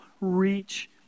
reach